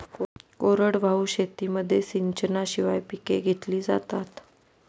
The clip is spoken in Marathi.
कोरडवाहू शेतीमध्ये सिंचनाशिवाय पिके घेतली जातात